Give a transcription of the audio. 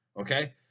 okay